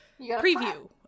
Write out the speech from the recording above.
preview